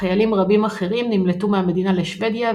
חיילים רבים אחרים נמלטו מהמדינה לשוודיה,